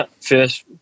first